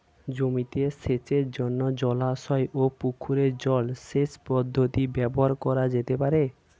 জমিতে সেচের জন্য জলাশয় ও পুকুরের জল সেচ পদ্ধতি ব্যবহার করা যেতে পারে?